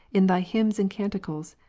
in thy hymns and canticles,